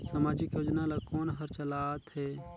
समाजिक योजना ला कोन हर चलाथ हे?